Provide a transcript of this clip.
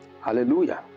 Hallelujah